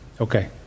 Okay